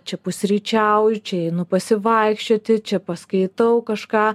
čia pusryčiauju čia einu pasivaikščioti čia paskaitau kažką